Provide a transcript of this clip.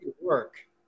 Work